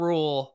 Rule